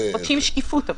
מבקשים שקיפות אבל.